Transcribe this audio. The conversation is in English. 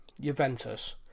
Juventus